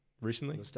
recently